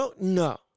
No